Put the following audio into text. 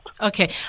Okay